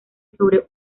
sobre